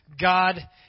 God